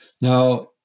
Now